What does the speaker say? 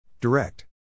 Direct